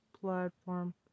platform